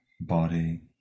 body